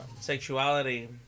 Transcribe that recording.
sexuality